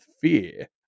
fear